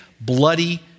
bloody